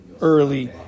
early